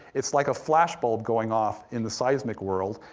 it's like a flash bulb going off in the seismic world,